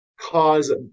cause